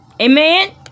amen